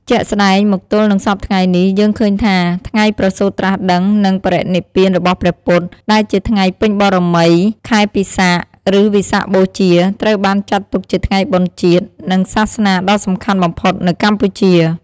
ជាក់ស្តែងមកទល់និងសព្វថ្ងៃនេះយើងឃើញថា ថ្ងៃប្រសូតត្រាស់ដឹង និងបរិនិព្វានរបស់ព្រះពុទ្ធ ដែលជាថ្ងៃពេញបូណ៌មីខែពិសាខ ឬ វិសាខបូជា ត្រូវបានចាត់ទុកជាថ្ងៃបុណ្យជាតិ និងសាសនាដ៏សំខាន់បំផុតនៅកម្ពុជា។